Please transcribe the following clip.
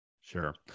Sure